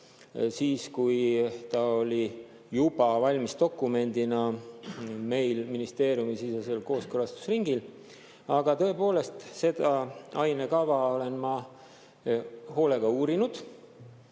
siis, kui ta oli juba valmis dokumendina meil ministeeriumisisesel kooskõlastusringil. Aga tõepoolest, seda ainekava olen ma hoolega uurinud